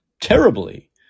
terribly